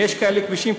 אם יש כאלה כבישים.